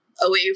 away